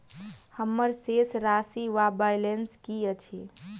हम्मर शेष राशि वा बैलेंस की अछि?